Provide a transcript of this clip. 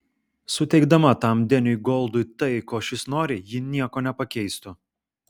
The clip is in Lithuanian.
suteikdama tam deniui goldui tai ko šis nori ji nieko nepakeistų